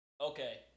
Okay